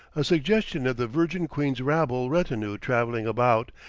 a suggestion of the virgin queen's rabble retinue travelling about,